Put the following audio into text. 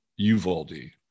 Uvaldi